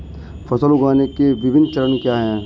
फसल उगाने के विभिन्न चरण क्या हैं?